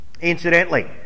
Incidentally